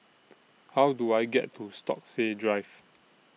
How Do I get to Stokesay Drive